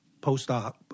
post-op